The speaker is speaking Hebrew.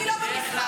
לא, גם לא אמרתי.